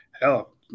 hell